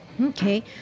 Okay